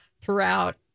throughout